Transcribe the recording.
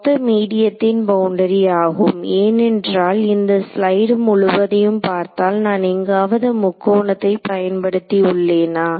மொத்த மீடியத்தின் பவுண்டரி ஆகும் ஏனென்றால் இந்த ஸ்லைடு முழுதையும் பார்த்தால் நான் எங்காவது முக்கோணத்தை பயன்படுத்தி உள்ளேனா